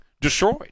destroyed